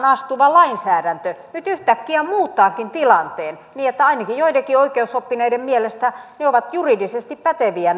astuva lainsäädäntö nyt yhtäkkiä muuttaakin tilanteen niin että ainakin joidenkin oikeusoppineiden mielestä nämä liitot ovat juridisesti päteviä